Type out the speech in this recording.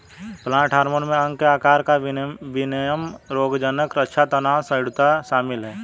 plant hormone में अंग के आकार का विनियमन रोगज़नक़ रक्षा तनाव सहिष्णुता शामिल है